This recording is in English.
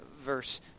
verse